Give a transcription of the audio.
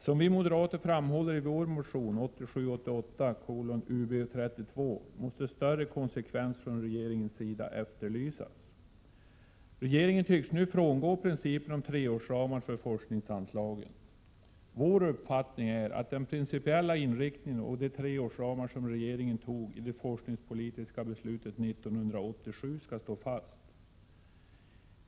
Som vi moderater framhåller i vår motion 1987/88:Ub32 måste större konsekvens från regeringens sida efterlysas. Regeringen tycks nu frångå principen om treårsramar för forskningsanslagen. Vår uppfattning är att den principiella inriktning och de treårsramar som riksdagen antog i det forskningspolitiska beslutet 1987 skall stå fast.